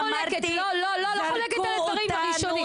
לא חולקת, לא לא לא חולקת על הדברים הראשונים.